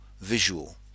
visual